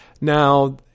Now